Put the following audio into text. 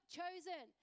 chosen